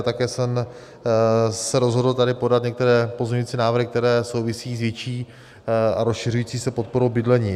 Také jsem se rozhodl tady podat některé pozměňující návrhy, které souvisejí s větší a rozšiřující se podporou bydlení.